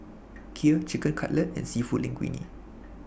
Kheer Chicken Cutlet and Seafood Linguine